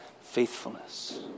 faithfulness